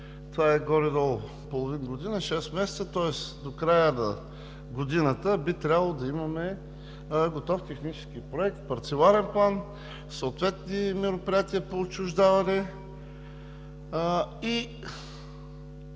това е горе-долу половин година, 6 месеца, тоест до края на годината би трябвало да имаме готов технически проект, парцеларен план, съответни мероприятия по отчуждаване.